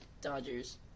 Dodgers